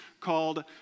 called